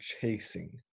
chasing